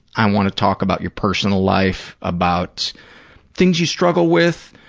i want to talk about your personal life, about things you struggle with,